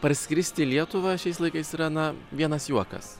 parskrist į lietuvą šiais laikais yra na vienas juokas